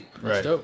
right